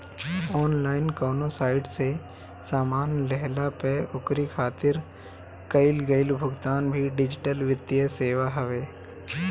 online कवनो site से सामान लेहला पअ ओकरी खातिर कईल गईल भुगतान भी डिजिटल वित्तीय सेवा हवे